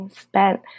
spent